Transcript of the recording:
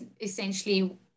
essentially